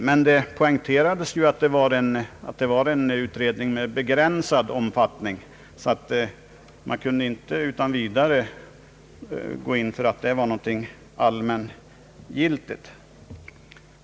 Men det poängterades ju att utredningen hade begränsad omfattning. Man kunde alltså inte utan vidare säga att resultaten var allmängiltiga.